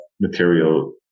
material